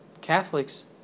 Catholics